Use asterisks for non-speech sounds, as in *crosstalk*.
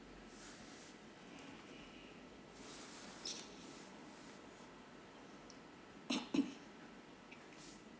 *coughs*